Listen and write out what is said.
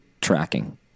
tracking